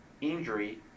injury